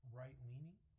right-leaning